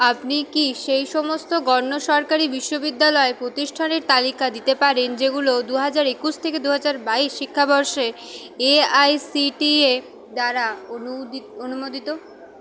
আপনি কি সেই সমস্ত গণ্য সরকারি বিশ্ববিদ্যালয় প্রতিষ্ঠানের তালিকা দিতে পারেন যেগুলো দু হাজার একুশ থেকে দু হাজার বাইশ শিক্ষাবর্ষে এআইসিটিএ দ্বারা অনুমোদি অনুমোদিত